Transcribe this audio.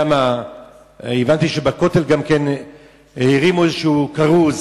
הבנתי שבכותל גם כן הרימו איזה כרוז,